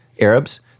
Arabs